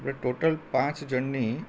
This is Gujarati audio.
આપડે ટોટલ પાંચ જણની